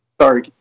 Sorry